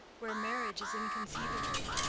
where marriage is inconceivable,